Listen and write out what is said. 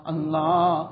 Allah